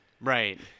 Right